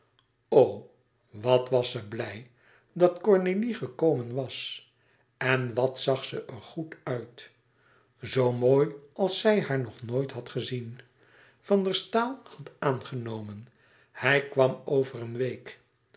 wat was ze blij dat cornélie gekomen was en wat zag ze er goed uit zoo mooi als zij haar nog nooit had gezien wat was ze mooi van der staal had aangenomen hij kwam over een week